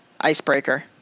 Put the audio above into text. icebreaker